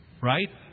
right